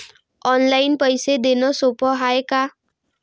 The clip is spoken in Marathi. ऑनलाईन पैसे देण सोप हाय का?